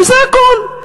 וזה הכול.